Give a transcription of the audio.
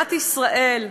מדינת ישראל,